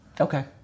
Okay